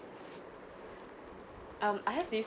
um I have this